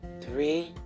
Three